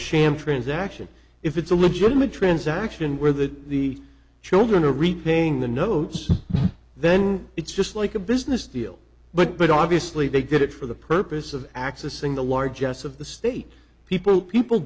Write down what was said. sham transaction if it's a legitimate transaction where the the children are repaying the notes then it's just like a business deal but obviously they did it for the purpose of accessing the large jets of the state people people